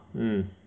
mm